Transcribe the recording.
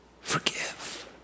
forgive